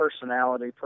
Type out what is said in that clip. personality